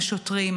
השוטרים,